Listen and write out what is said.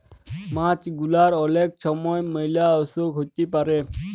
মাছ গুলার অলেক ছময় ম্যালা অসুখ হ্যইতে পারে